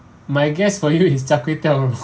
my guess for you is char kway teow